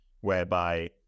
whereby